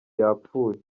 yapfuye